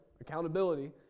accountability